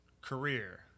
career